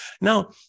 Now